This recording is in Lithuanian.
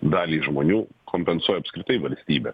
daliai žmonių kompensuoja apskritai valstybė